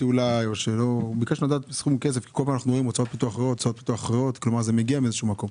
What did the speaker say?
כל פעם אנחנו רואים הוצאות פיתוח אחרות שמגיעות מאיזה שהוא מקום.